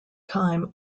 time